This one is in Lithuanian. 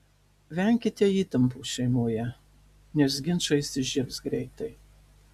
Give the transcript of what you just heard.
venkite įtampos šeimoje nes ginčai įsižiebs greitai